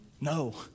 No